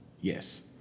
Yes